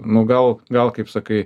nu gal gal kaip sakai